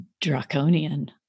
draconian